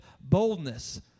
boldness